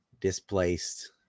displaced